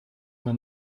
man